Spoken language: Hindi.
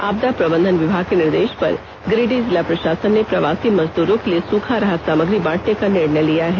आपदा प्रबंधन विभाग के निर्देश पर गिरिडीह जिला प्रशासन ने प्रवासी मजदूरो के लिए सुखा राहत सामग्री बांटने का निर्णय लिया है